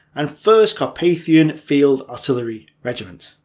and first carpathian field artillery regiment.